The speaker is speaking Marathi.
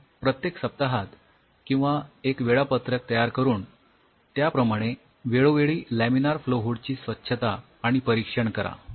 आणि प्रत्येक सप्ताहात किंवा एक वेळापत्रक तयार करून त्याप्रमाणे वेळोवेळी लॅमिनार फ्लो हूड ची स्वच्छता आणि परीक्षण करा